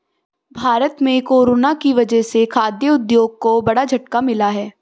भारत में कोरोना की वजह से खाघ उद्योग को बड़ा झटका मिला है